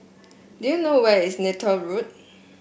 do you know where is Neythal Road